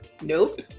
nope